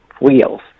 wheels